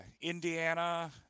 Indiana